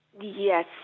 Yes